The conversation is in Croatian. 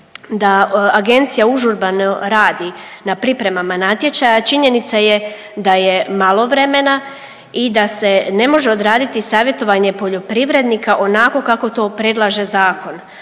da agencija užurbano radi na pripremama natječaja činjenica je da je malo vremena i da se ne može odraditi savjetovanje poljoprivrednika onako kako to predlaže zakon,